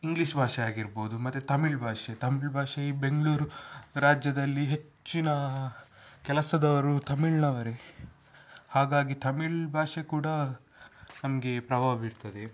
English ಭಾಷೆ ಆಗಿರ್ಬೋದು ಮತ್ತು ತಮಿಳ್ ಭಾಷೆ ತಮಿಳ್ ಭಾಷೆ ಈ ಬೆಂಗಳೂರು ರಾಜ್ಯದಲ್ಲಿ ಹೆಚ್ಚಿನ ಕೆಲಸದೋರು ತಮಿಳ್ನವರೆ ಹಾಗಾಗಿ ತಮಿಳ್ ಭಾಷೆ ಕೂಡ ನಮಗೆ ಪ್ರಭಾವ ಬೀರ್ತದೆ